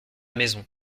maison